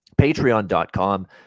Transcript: patreon.com